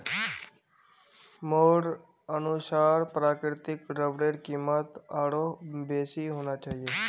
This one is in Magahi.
मोर अनुसार प्राकृतिक रबरेर कीमत आरोह बेसी होना चाहिए